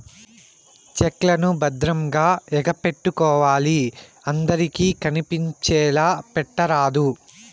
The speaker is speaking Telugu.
చెక్ లను భద్రంగా ఎగపెట్టుకోవాలి అందరికి కనిపించేలా పెట్టరాదు